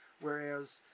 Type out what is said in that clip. Whereas